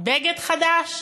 בגד חדש?